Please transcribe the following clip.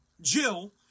Jill